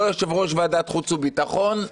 לא יושב-ראש ועדת החוץ והביטחון,